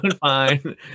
fine